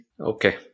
okay